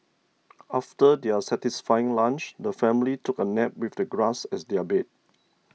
after their satisfying lunch the family took a nap with the grass as their bed